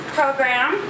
program